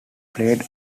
played